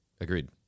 agreed